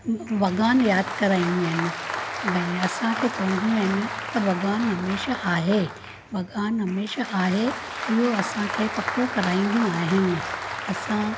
भॻवान यादि कराईंदियूं आहिनि भई असांखे चवंदियूं आहिनि त भॻवान हमेशह आहे भॻवान हमेशह आहे इहो असांखे पको कराईंदियूं आहिनि असां